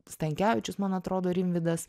stankevičius man atrodo rimvydas